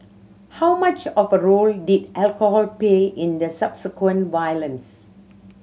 how much of a role did alcohol play in the subsequent violence